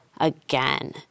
again